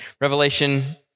Revelation